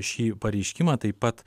šį pareiškimą taip pat